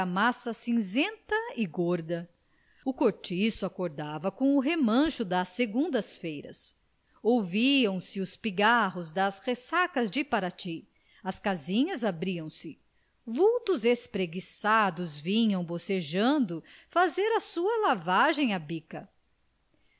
argamassa cinzenta e gorda o cortiço acordava com o remancho das segundas feiras ouviam-se os pigarros das ressacas de parati as casinhas abriam-se vultos espreguiçados vinham bocejando fazer a sua lavagem à bica